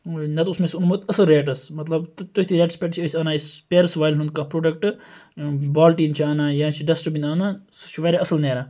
نَتہٕ اوس مےٚ سُہ اوٚنمُت اصل ریٹَس مَطلَب تٔتھۍ ریٹَس پیٚتھ چھِ أسۍ اَنان پیرِس والیٚن ہُنٛد کانٛہہ پروڈَکٹہٕ بالٹیٖن چھِ اَنان یا چھِ ڈَسٹبِن اَنان سُہ چھُ واریاہ اصل نیران